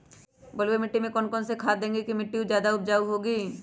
बलुई मिट्टी में कौन कौन से खाद देगें की मिट्टी ज्यादा उपजाऊ होगी?